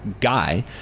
guy